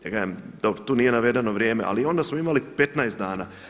Ja kažem, dobro, tu nije navedeno vrijeme ali onda smo imali 15 dana.